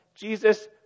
Jesus